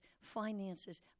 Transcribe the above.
finances